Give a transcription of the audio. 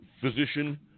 physician